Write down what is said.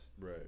Right